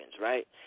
right